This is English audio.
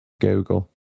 Google